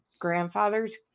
grandfather's